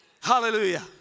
Hallelujah